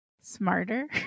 smarter